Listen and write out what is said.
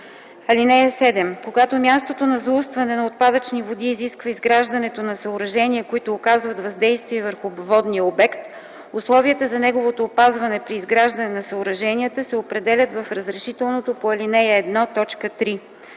(7) Когато мястото на заустване на отпадъчни води изисква изграждането на съоръжения, които оказват въздействие върху водния обект, условията за неговото опазване при изграждане на съоръженията се определят в разрешителното по ал. 1, т. 3.